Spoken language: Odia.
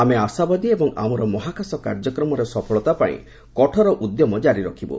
ଆମେ ଆଶାବାଦୀ ଏବଂ ଆମର ମହାକାଶ କାର୍ଯ୍ୟକ୍ରମରେ ସଫଳତା ପାଇଁ କଠୋର ଉଦ୍ୟମ ଜାରି ରଖିବୁ